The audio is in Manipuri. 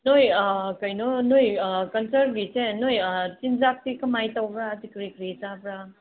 ꯅꯣꯏ ꯀꯩꯅꯣ ꯅꯣꯏ ꯀꯜꯆꯔꯒꯤꯁꯦ ꯅꯣꯏ ꯆꯤꯟꯖꯥꯛꯇꯤ ꯀꯃꯥꯏ ꯇꯧꯕ꯭ꯔꯥ ꯍꯥꯏꯗꯤ ꯀꯔꯤ ꯀꯔꯤ ꯆꯥꯕ꯭ꯔꯥ